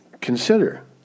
consider